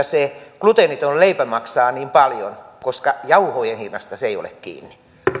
se gluteeniton leipä maksaa niin paljon koska jauhojen hinnasta se ei ole kiinni